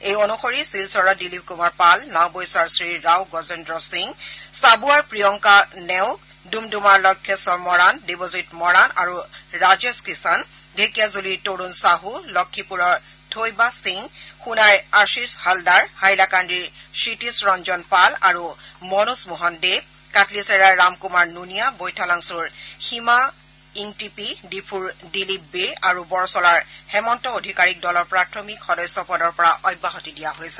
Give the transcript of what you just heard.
এই অনুসৰি শিলচৰৰ দিলীপ কুমাৰ পাল নাওবৈচাৰ শ্ৰীৰাও গজেন্দ্ৰ সিং চাবুৱাৰ প্ৰিয়ংকা নেওগ ডুমডুমাৰ লক্ষেশ্বৰ মৰাণ দেৱজিৎ মৰাণ আৰু ৰাজেশ কিষাণ ঢেকীয়াজুলিৰ তৰুণ চাহু লক্ষীপুৰৰ থৈবা সিং সোণাইৰ আশিষ হালদাৰ হাইলাকান্দিৰ ক্ষীতিশ ৰঞ্জন পাল আৰু মনোজ মোহন দেৱ কাটলিচেৰাৰ ৰাম কুমাৰ নুনিয়া বৈঠালাংছুৰ সীমা ইংটিপি ডিফুৰ দিলীপ বে আৰু বৰচলাৰ হেমন্ত অধিকাৰীক দলৰ প্ৰাথমিক সদস্য পদৰ পৰা অব্যাহতি দিয়া হৈছে